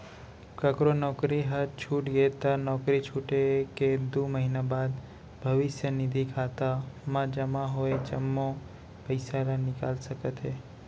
ककरो नउकरी ह छूट गे त नउकरी छूटे के दू महिना बाद भविस्य निधि खाता म जमा होय जम्मो पइसा ल निकाल सकत हे